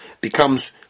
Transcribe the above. becomes